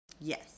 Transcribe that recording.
Yes